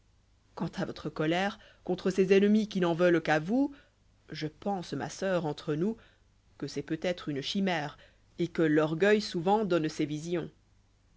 quant à votre colère contre ces ennemis qui n'en veulent qu'à vous je p'jnsé ma soeur entre nous que c'cft peut-être une chimère et que l'orgueil souvent donne ces visions